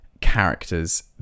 characters